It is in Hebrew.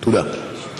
תודה.